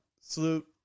Salute